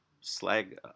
slag